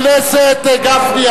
חבר הכנסת גפני,